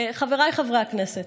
חבריי חברי הכנסת,